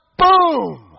boom